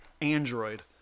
android